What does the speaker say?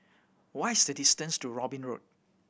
what is the distance to Robin Road